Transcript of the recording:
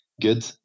good